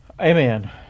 Amen